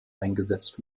eingesetzt